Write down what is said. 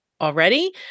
already